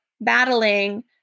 battling